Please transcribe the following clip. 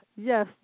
Yes